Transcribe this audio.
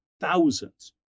thousands